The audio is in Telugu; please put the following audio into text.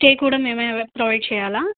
స్టే కూడా మేమే అవై ప్రొవైడ్ చెయ్యాలా